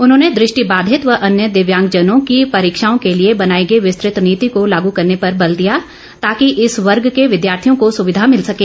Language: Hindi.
उन्होंने दृष्टि बाधित व अन्य दिव्यांगजनों की परीक्षाओं के लिए बनाई गई विस्तृत नीति को लागू करने पर बल दिया ताकि इस वर्ग के विद्यार्थियों को सुविधा मिल सके